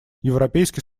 европейский